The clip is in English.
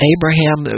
Abraham